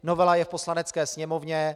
Novela je v Poslanecké sněmovně.